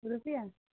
روپیہ